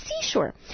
seashore